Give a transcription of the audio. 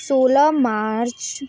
सोलह मार्च